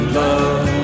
love